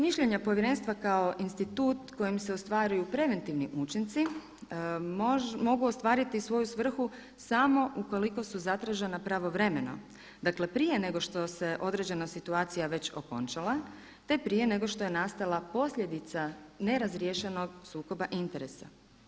Mišljenja Povjerenstva kao institut kojim se ostvaruju prventivni učinci mogu ostvariti svoju svrhu samo ukoliko su zatražena pravovremeno, dakle prije nego što se određena situacija već okončala te prije nego što je nastala posljedica nerazriješenog sukoba interesa.